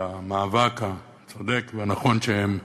למאבק הצודק והנכון שהם מנהלים.